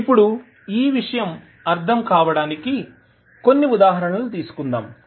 ఇప్పుడు ఈ విషయం అర్ధం కావడానికి కొన్ని ఉదాహరణలు తీసుకుందాం